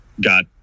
got